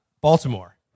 Baltimore